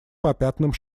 попятным